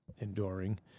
enduring